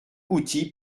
outil